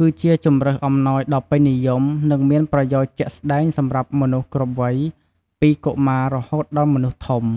គឺជាជម្រើសអំណោយដ៏ពេញនិយម និងមានប្រយោជន៍ជាក់ស្តែងសម្រាប់មនុស្សគ្រប់វ័យ ពីកុមារ រហូតដល់មនុស្សធំ។